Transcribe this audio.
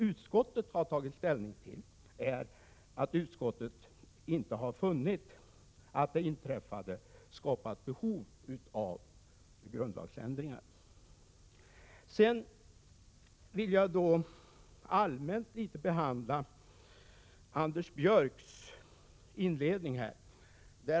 Utskottet har inte heller funnit att det inträffade skapat behov av grundlagsändringar. Sedan vill jag något mer allmänt ta upp Anders Björcks inledning.